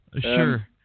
Sure